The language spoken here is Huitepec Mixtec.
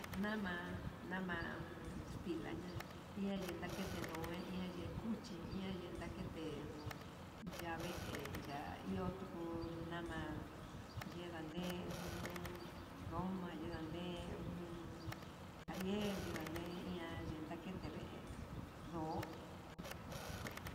Nama nama jun extila ña'a iha ndakete ndue, iha ye kuche iha ya kete jun yave ya iho tuku, na'a yendande jun roma yindande jun ariel yindande ihan ye ndakete ve'e ndó.